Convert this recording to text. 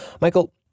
Michael